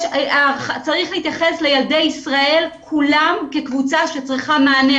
צריך להתייחס לילדי ישראל כולם כקבוצה שצריכה מענה.